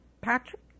Patrick